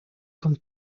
come